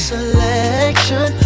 selection